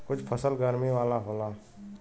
कुछ फसल गरमी वाला होला